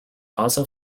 also